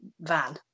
van